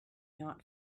not